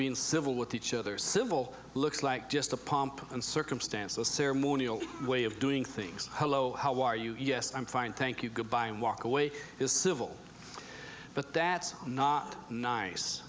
being civil with each other civil looks like just the pomp and circumstance the ceremonial way of doing things hello how are you yes i'm fine thank you good bye and walk away is civil but that's not nice